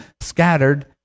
scattered